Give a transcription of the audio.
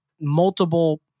multiple